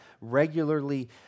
regularly